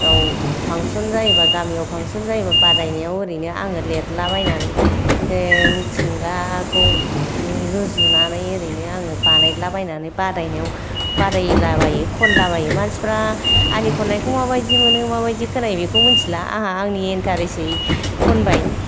आव फांसन जायोबा गामियाव फांसन जायोबा बादायनायाव ओरैनो आङो लिरलाबायनानै मिथिंगाखौ रुजुनानै ओरैनो आङो बानायलाबायनानै बादायनायाव बादायलाबायो खनलाबायो मानसिफोरा आंनि खननायखौ माबायदि मोनो माबायदि खोनायो बेखौ मोनथिला आंहा आंनि इन्टारेस्टै खनबाय